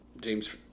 James